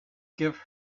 give